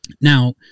now